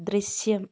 ദൃശ്യം